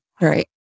Right